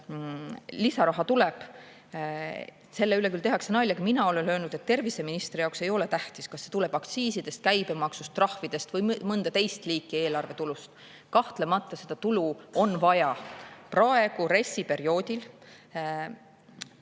kust lisaraha tuleb. Selle üle küll tehakse nalja, aga mina olen öelnud, et terviseministri jaoks ei ole tähtis, kas see tuleb aktsiisidest, käibemaksust, trahvidest või mõnda teist liiki eelarvetulust. Kahtlemata seda tulu on vaja. Praegu, RES-i perioodil